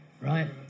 right